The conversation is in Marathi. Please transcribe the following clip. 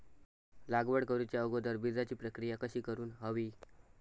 लागवड करूच्या अगोदर बिजाची प्रकिया कशी करून हवी?